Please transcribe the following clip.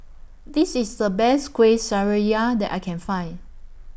This IS The Best Kuih Syara that I Can Find